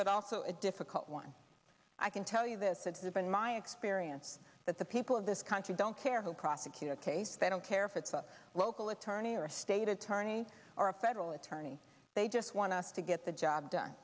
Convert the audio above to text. but also a difficult one i can tell you this that has been my experience that the people of this country don't care who prosecute a case they don't care if it's a local attorney or a state attorney or a federal attorney they just want to get the job done